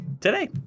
today